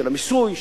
של המיסוי,